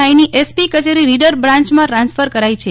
નાઈની SP કચેરી reader બ્રાન્યમાં transfer કરાઈ છે